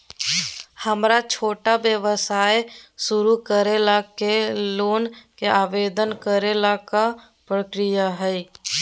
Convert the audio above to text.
हमरा छोटा व्यवसाय शुरू करे ला के लोन के आवेदन करे ल का प्रक्रिया हई?